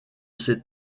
ces